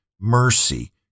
Mercy